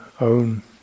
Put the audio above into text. own